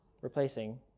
replacing